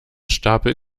stapel